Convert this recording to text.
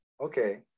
okay